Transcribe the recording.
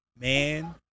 man